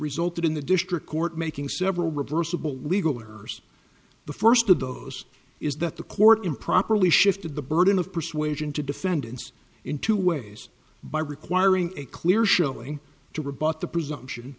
resulted in the district court making several reversible legal in the first of those is that the court improperly shifted the burden of persuasion to defendants in two ways by requiring a clear showing to rebut the presumption